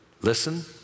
listen